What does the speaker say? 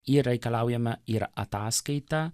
yra reikalaujama ir ataskaitą